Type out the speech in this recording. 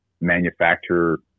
manufacture